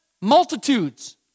Multitudes